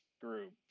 group